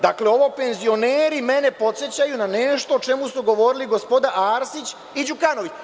Dakle, ovo penzioneri mene podsećaju na nešto o čemu su govorili gospoda Arsić i Đukanović.